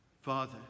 Father